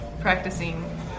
practicing